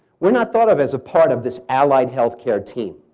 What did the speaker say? we're not thought of as a part of this allied healthcare team.